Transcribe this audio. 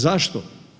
Zašto?